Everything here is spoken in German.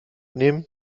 nehmen